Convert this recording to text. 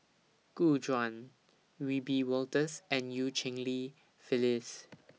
Gu Juan Wiebe Wolters and EU Cheng Li Phyllis